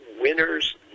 winners